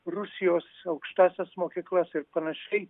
rusijos aukštąsias mokyklas ir panašiai